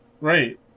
Right